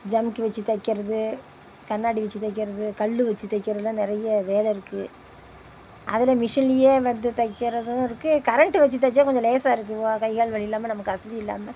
சம்கி வெச்சி தைக்கிறது கண்ணாடி வெச்சி தைக்கிறது கல் வெச்சி தைக்கிறதுலாம் நிறைய வேலை இருக்குது அதில் மிஷின்லேயே வந்து தைக்கிறதும் இருக்குது கரண்ட்டு வெச்சி தைச்சா கொஞ்சம் லேசாக இருக்குது வா கை கால் வலி இல்லாமல் நமக்கு அசதி இல்லாமல்